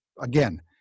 again